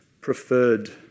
preferred